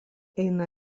eina